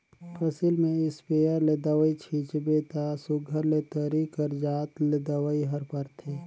फसिल में इस्पेयर ले दवई छींचबे ता सुग्घर ले तरी कर जात ले दवई हर परथे